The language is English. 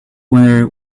whether